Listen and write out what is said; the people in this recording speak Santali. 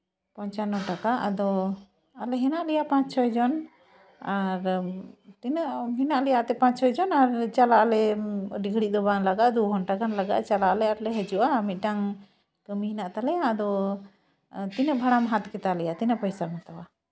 ᱯᱚᱧᱪᱟᱱᱱᱚ ᱴᱟᱠᱟ ᱟᱫᱚ ᱟᱞᱮ ᱦᱮᱱᱟᱜ ᱞᱮᱭᱟ ᱯᱟᱸᱪ ᱪᱷᱚ ᱡᱚᱱ ᱟᱨ ᱛᱤᱱᱟᱹᱜ ᱦᱮᱱᱟᱜ ᱞᱮᱭᱟ ᱮᱱᱛᱮᱫ ᱯᱟᱸᱪ ᱪᱷᱚ ᱡᱚᱱ ᱟᱨ ᱪᱟᱞᱟᱜ ᱟᱞᱮ ᱟᱹᱰᱤ ᱜᱷᱟᱹᱲᱤᱡ ᱫᱚ ᱵᱟᱝ ᱞᱟᱜᱟᱜᱼᱟ ᱫᱩ ᱜᱷᱚᱱᱴᱟ ᱜᱟᱱ ᱞᱟᱜᱟᱜᱼᱟ ᱪᱟᱞᱟᱜ ᱟᱞᱮ ᱟᱨᱞᱮ ᱦᱤᱡᱩᱜᱼᱟ ᱢᱤᱫᱴᱟᱱ ᱠᱟᱹᱢᱤ ᱦᱮᱱᱟᱜ ᱛᱟᱞᱮᱭᱟ ᱟᱫᱚ ᱛᱤᱱᱟᱹᱜ ᱵᱷᱟᱲᱟᱢ ᱦᱟᱛᱟᱣ ᱠᱮᱛᱟ ᱞᱮᱭᱟ ᱛᱤᱱᱟᱹᱜ ᱯᱚᱭᱥᱟᱢ ᱦᱟᱛᱟᱣᱟ